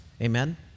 Amen